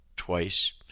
twice